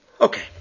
Okay